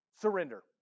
surrender